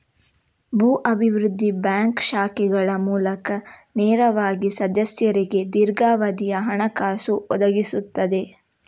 ಭೂ ಅಭಿವೃದ್ಧಿ ಬ್ಯಾಂಕ್ ಶಾಖೆಗಳ ಮೂಲಕ ನೇರವಾಗಿ ಸದಸ್ಯರಿಗೆ ದೀರ್ಘಾವಧಿಯ ಹಣಕಾಸು ಒದಗಿಸುತ್ತದೆ